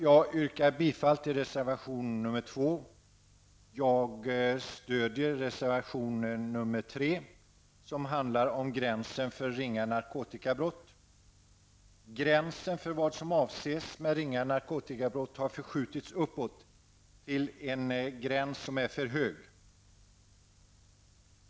Jag yrkar bifall till reservation 2, och jag stödjer reservation 3, som behandlar gränsen för ringa narkotikabrott. Gränsen för vad som avses med ringa narkotikabrott har förskjutits uppåt till en nivå som är för hög.